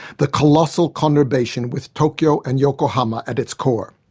the colossal conurbation with tokyo and yokohama at its core.